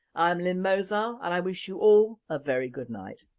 i am lynne mozar and i wish you all a very good night.